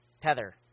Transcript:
tether